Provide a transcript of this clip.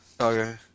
Okay